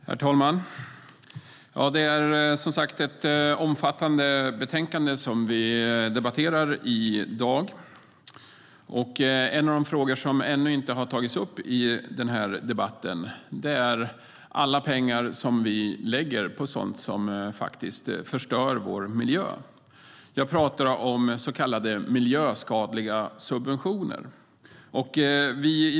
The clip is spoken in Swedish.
Herr talman! Det är som sagt ett omfattande betänkande som vi debatterar i dag. En av de frågor som ännu inte har tagits upp i debatten är alla pengar som vi lägger på sådant som faktiskt förstör vår miljö - så kallade miljöskadliga subventioner.